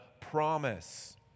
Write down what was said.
promise